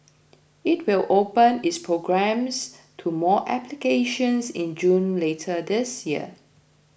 it will open its programs to more applications in June later this year